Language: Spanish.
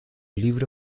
libro